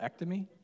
ectomy